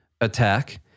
attack